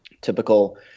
typical